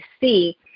see